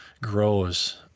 grows